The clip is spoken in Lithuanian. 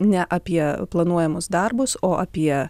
ne apie planuojamus darbus o apie